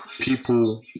people